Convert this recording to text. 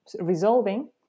resolving